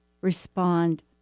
respond